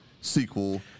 sequel